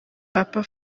papa